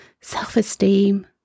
self-esteem